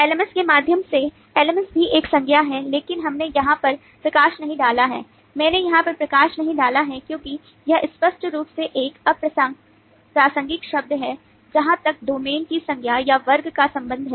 LMS के माध्यम से LMS भी एक संज्ञा है लेकिन हमने यहाँ पर प्रकाश नहीं डाला है मैंने यहाँ पर प्रकाश नहीं डाला है क्योंकि यह स्पष्ट रूप से एक अप्रासंगिक शब्द है जहाँ तक डोमेन की संज्ञा या वर्ग का संबंध है